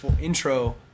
intro